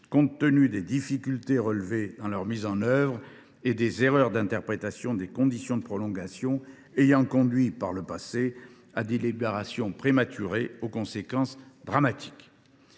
compte tenu des difficultés relevées dans leur mise en œuvre et des erreurs d’interprétation des conditions de prolongation ayant conduit, par le passé, à des libérations prématurées aux conséquences dramatiques.